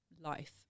life